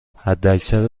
حداکثر